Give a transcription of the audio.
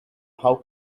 how